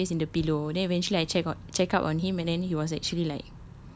he was burying his face in the pillow then eventually I check out check up on him and then he was actually like